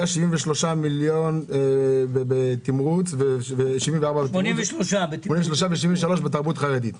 היה 83 מיליון בתמרוץ ו-73 בתרבות חרדית.